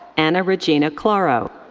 anna regina claro.